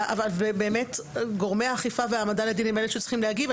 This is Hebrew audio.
ובאמת גורמי האכיפה וההעמדה לדין הם אלה שצריכים להגיב.